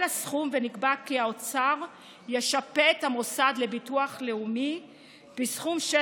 הסכום ונקבע כי האוצר ישפה את המוסד לביטוח לאומי בסכום של